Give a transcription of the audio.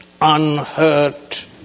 unhurt